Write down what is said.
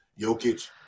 Jokic